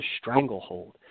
stranglehold